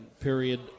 period